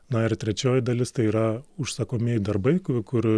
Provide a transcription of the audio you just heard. na ir trečioji dalis tai yra užsakomieji darbai kur